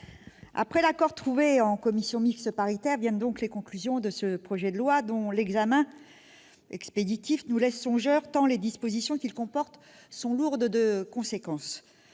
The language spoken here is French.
après l'accord trouvé en commission mixte paritaire viennent donc les conclusions de ce projet de loi, dont l'examen expéditif nous laisse songeurs tant les dispositions qu'il comporte sont lourdes de conséquences.